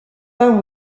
peint